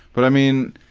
but i mean,